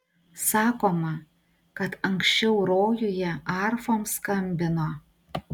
sakoma kad anksčiau rojuje arfom skambino